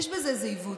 יש בזה איזה עיוות,